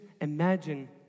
imagine